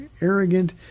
arrogant